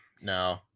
no